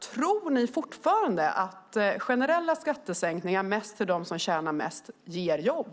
Tror ni fortfarande att generella skattesänkningar, mest till dem som tjänar mest, ger jobb?